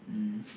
mmhmm